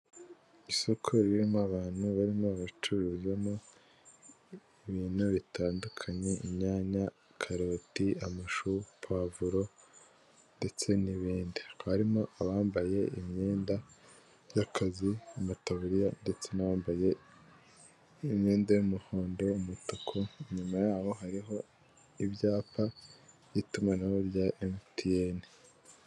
Isoko ririmo abantu barimo baracuruzamo ibintu bitandukanye inyanya, karoti, amashu, pavuro ndetse n'ibindi, hakaba harimo abambaye imyenda y'akazi amataburiya ndetse n'abambaye imyenda y'umuhondo umutuku, inyuma yabo hariho ibyapa by'itumanaho rya emutiyeni.